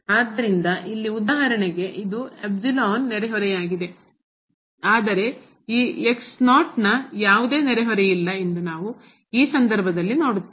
ಆದ್ದರಿಂದ ಇಲ್ಲಿ ಉದಾಹರಣೆಗೆ ಇದು ನೆರೆಹೊರೆಯಾಗಿದೆ ಆದರೆ ಈ ನ ಯಾವುದೇ ನೆರೆಹೊರೆಯಿಲ್ಲ ಎಂದು ನಾವು ಈ ಸಂದರ್ಭದಲ್ಲಿ ನೋಡುತ್ತೇವೆ